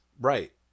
Right